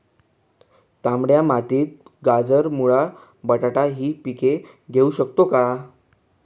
तांबड्या मातीत गाजर, मुळा, बटाटा हि पिके घेऊ शकतो का?